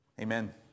Amen